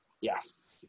yes